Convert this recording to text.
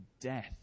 death